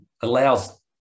allows